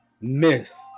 miss